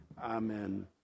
Amen